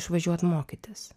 išvažiuot mokytis